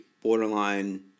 borderline